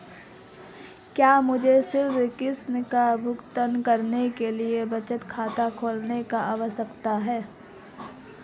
क्या मुझे ऋण किश्त का भुगतान करने के लिए बचत खाता खोलने की आवश्यकता है?